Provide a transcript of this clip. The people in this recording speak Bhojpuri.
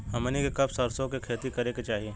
हमनी के कब सरसो क खेती करे के चाही?